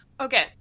okay